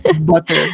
Butter